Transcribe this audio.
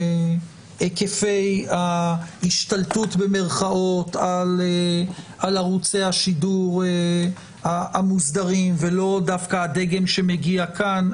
היקפי ה"השתלטות" על ערוצי השידור המוסדרים ולא דווקא הדגם שמגיע כאן.